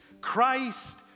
Christ